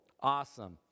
awesome